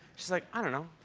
she's like, i don't know.